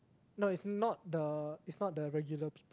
no it's not the it's not the regular